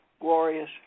glorious